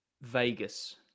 Vegas